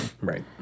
Right